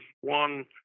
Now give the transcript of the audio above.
one